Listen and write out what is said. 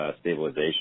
Stabilization